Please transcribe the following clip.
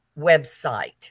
website